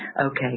Okay